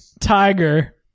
Tiger